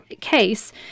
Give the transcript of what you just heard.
case